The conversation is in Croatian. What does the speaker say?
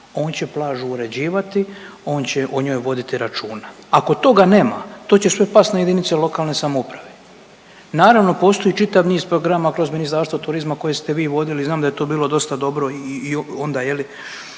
on će plažu uređivati, on će o njoj voditi računa. Ako toga nema to će sve pasti na jedinice lokalne samouprave. Naravno postoji čitav niz programa kroz Ministarstvo turizma koje ste vi vodili, znam da je to bilo dosta dobro i onda je